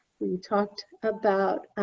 we talked about